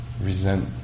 resent